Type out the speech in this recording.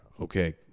okay